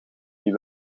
die